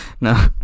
No